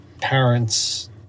parents